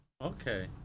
Okay